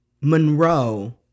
Monroe